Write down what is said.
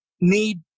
need